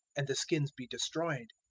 and the skins be destroyed.